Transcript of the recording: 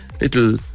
Little